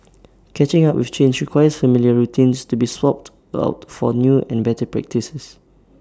catching up with change requires familiar routines to be swapped out for new and better practices